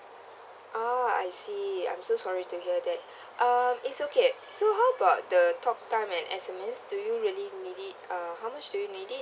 ah I see I'm so sorry to hear that um it's okay so how about the talk time and S_M_S do you really need it uh how much do you need it